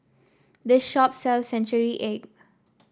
this shop sells Century Egg